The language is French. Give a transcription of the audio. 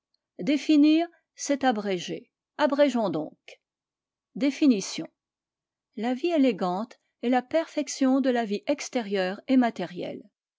définir c'est abréger abrégeons donc définitions la vie élégante est la perfection de la vie extérieure et matérielle